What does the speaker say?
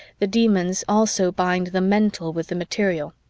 the demons also bind the mental with the material.